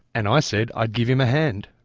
and i said i'd give him a hand.